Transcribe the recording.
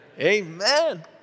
Amen